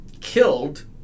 killed